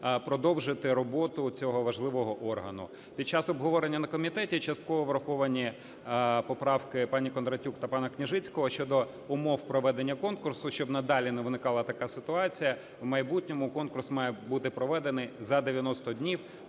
продовжити роботу цього важливого органу. Під час обговорення на комітеті частково враховані поправки пані Кондратюк та пана Княжицького щодо умов проведення конкурсу. Щоб надалі не виникала така ситуація, в майбутньому конкурс має бути проведений за 90 днів